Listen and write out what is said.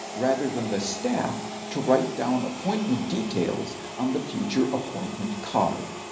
rather than the staff to write down appointment details on the future appointment card.